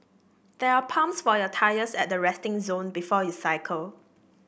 there are pumps for your tyres at the resting zone before you cycle